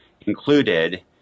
included